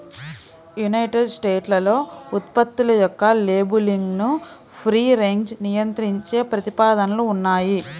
United స్టేట్స్లో ఉత్పత్తుల యొక్క లేబులింగ్ను ఫ్రీ రేంజ్గా నియంత్రించే ప్రతిపాదనలు ఉన్నాయి